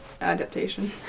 Adaptation